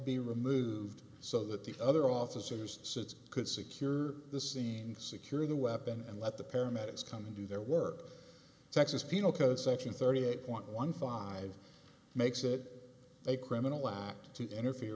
be removed so that the other officers sitz could secure the scene secure the weapon and let the paramedics come and do their work texas penal code section thirty eight point one five makes it a criminal act to interfere